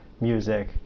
music